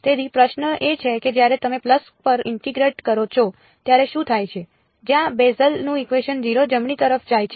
તેથી પ્રશ્ન એ છે કે જ્યારે તમે પલ્સ પર ઇન્ટીગ્રેટ કરો છો ત્યારે શું થાય છે જ્યાં બેસેલનું ફંકશન 0 જમણી તરફ જાય છે